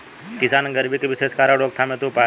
किसान के गरीबी के विशेष कारण रोकथाम हेतु उपाय?